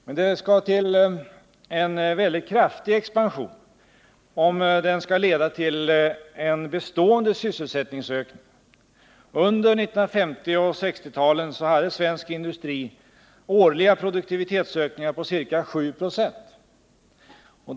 Men det skall till en väldigt kraftig expansion, om den skall leda till en bestående sysselsättningsökning. Under 1950 och 1960-talen hade svensk industri årliga produktivitetsökningar på ca 796.